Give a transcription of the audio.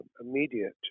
immediate